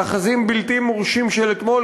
מאחזים בלתי מורשים של אתמול,